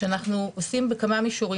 בכמה מישורים.